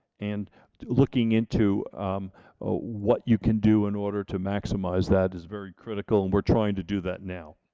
and looking into what you can do in order to maximize that is very critical, and we're trying to do that now.